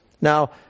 Now